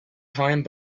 time